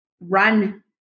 run